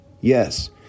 Yes